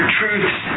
truths